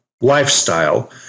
lifestyle